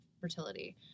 fertility